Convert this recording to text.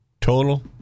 total